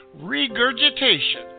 regurgitation